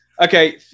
okay